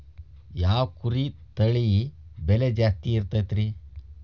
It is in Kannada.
ಯಾವ ಕುರಿ ತಳಿ ಬೆಲೆ ಜಾಸ್ತಿ ಇರತೈತ್ರಿ?